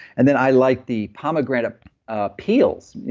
and then, i like the pomegranate ah peels,